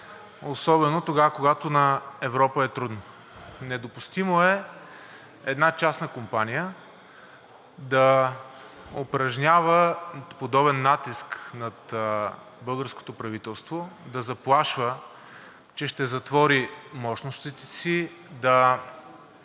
особено тогава, когато на Европа е трудно. Недопустимо е една частна компания да упражнява подобен натиск над българското правителство, да заплашва, че ще затвори мощностите си, да